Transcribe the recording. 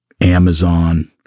Amazon